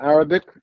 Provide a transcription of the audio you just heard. Arabic